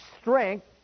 strength